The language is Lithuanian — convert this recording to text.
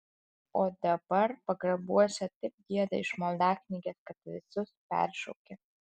o dabar pagrabuose taip gieda iš maldaknygės kad visus peršaukia